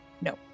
No